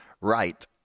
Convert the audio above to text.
Right